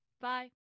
Bye